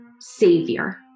savior